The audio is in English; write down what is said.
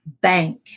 bank